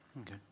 Okay